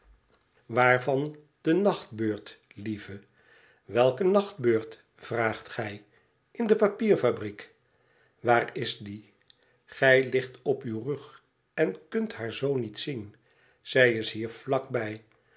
waarvan de nachtbeurt lieve welke nachtbeurt vraagt gij in de papierbriek twaarisdie tgij ligt op uw ru en kunt haar zoo niet zien zij is hier vlak bij